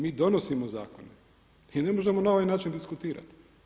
Mi donosimo zakone i ne možemo na ovaj način diskutirati.